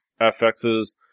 FX's